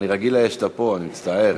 רגיל שאתה פה, אני מצטער.